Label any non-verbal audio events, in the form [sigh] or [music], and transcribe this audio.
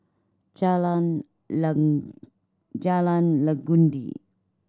Jalan [unintelligible] Jalan Legundi